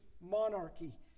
monarchy